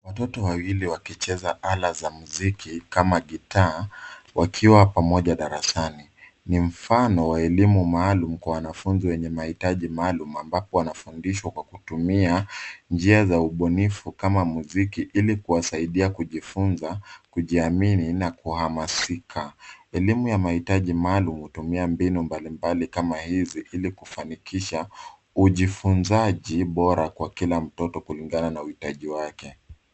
Watoto wawili wakicheza ala za muziki kama gitaa, wakiwa pamoja darasani. Ni mfano wa elimu maalum kwa wanafunzi wenye mahitaji maalum ambapo wanafundishwa kwa kutumia njia za ubunifu kama muziki ili kuwasaidia kujifunza, kujiamini na kuhamasika. Elimu ya mahitaji maalum hutumia mbinu mbalimbali kama hizi ili kufanikisha ujifunzaji bora kwa kila mtoto kulingana na uhitaji wake.